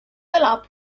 elab